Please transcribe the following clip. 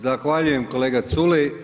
Zahvaljujem kolega Culej.